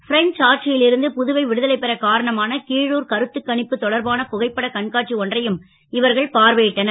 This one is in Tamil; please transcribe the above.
பிரெஞ்ச் ஆட்சி ல் இருந்து புதுவை விடுதலை பெறக் காரணமான கிழுர் கருத்துகணிப்பு தொடர்பான புகைப்பட கண்காட்சி ஒன்றையும் இவர்கள் பார்வை ட்டனர்